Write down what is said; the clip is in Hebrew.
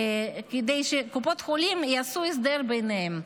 כדי שקופות החולים יעשו הסדר ביניהן,